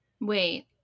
Wait